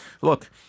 look